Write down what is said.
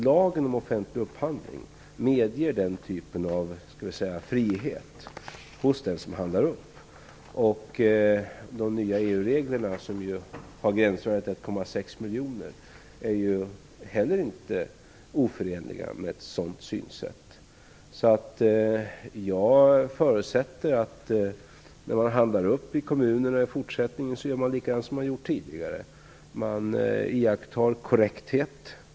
Lagen om offentlig upphandling medger den typen av frihet hos den som handlar upp. De nya EU reglerna, som har gränsvärdet 1,6 miljoner, är heller inte oförenliga med ett sådant synsätt. Jag förutsätter att man gör likadant som man har gjort tidigare när man handlar upp i kommunerna. Man iakttar korrekthet.